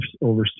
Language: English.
over